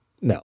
no